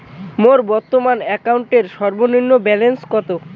মোর বর্তমান অ্যাকাউন্টের সর্বনিম্ন ব্যালেন্স কত?